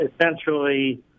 Essentially